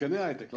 זקני ההיי-טק.